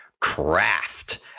Craft